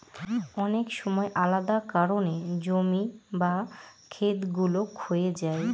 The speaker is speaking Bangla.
অনেক সময় আলাদা কারনে জমি বা খেত গুলো ক্ষয়ে যায়